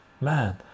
man